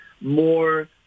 more